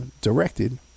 directed